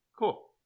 Cool